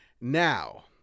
Now